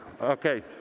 Okay